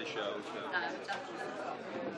רבה.